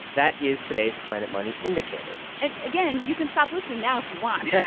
that is today's planet money indicator and again, you can stop listening now if you want yeah